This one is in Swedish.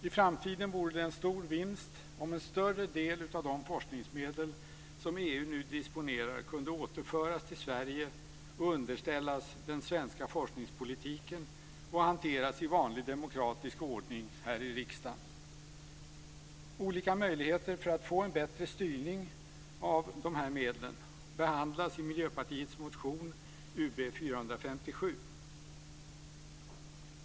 I framtiden vore det en stor vinst om en större del av de forskningsmedel som EU nu disponerar kunde återföras till Sverige, underställas den svenska forskningspolitiken och hanteras i vanlig demokratisk ordning här i riksdagen. Olika möjligheter för att få en bättre styrning av de här medlen behandlas i Miljöpartiets motion Ub457.